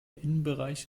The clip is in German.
innenbereich